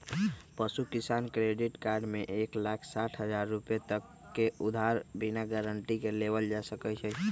पशु किसान credit card में एक लाख साठ हजार रुपए तक के उधार बिना गारंटी के लेबल जा सका हई